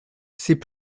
c’est